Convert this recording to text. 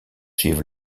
suivre